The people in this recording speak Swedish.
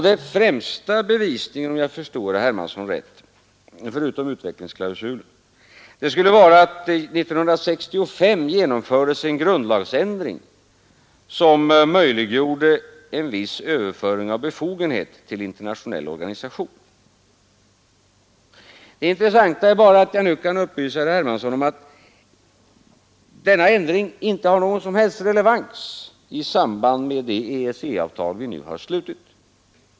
Den främsta bevisningen skulle förutom utvecklingsklausulen vara — om jag förstod herr Hermansson rätt att det år 1965 genomfördes en grundlagsändring som möjliggjorde en viss överföring av befogenheter till internationell organisation. Det intressanta är bara att jag kan upplysa herr Hermansson om att denna grundlagsändring inte har någon som helst relevans i samband med det EEC-avtal vi nu slutit.